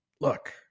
look